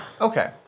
Okay